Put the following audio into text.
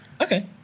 Okay